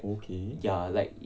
okay